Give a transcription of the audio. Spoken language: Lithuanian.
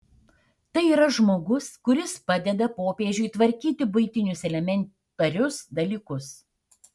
tai yra žmogus kuris padeda popiežiui tvarkyti buitinius elementarius dalykus